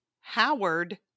Howard